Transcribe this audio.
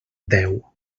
deu